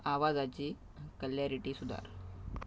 आवाजाची कलॅरिटी सुधार